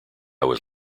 was